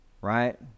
Right